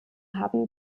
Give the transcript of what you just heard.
haben